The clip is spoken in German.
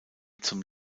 zum